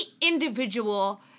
individual